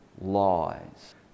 lies